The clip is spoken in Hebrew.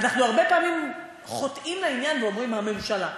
אנחנו הרבה פעמים חוטאים לעניין ואומרים "הממשלה".